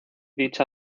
dicha